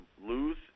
lose